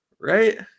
Right